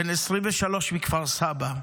בן 23, מכפר סבא,